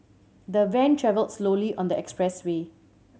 the van travelled slowly on the expressway